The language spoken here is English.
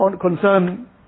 concern